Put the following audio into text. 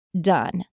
done